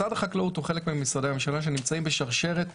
משרד החקלאות הוא חלק ממשרדי הממשלה שנמצאים בשרשרת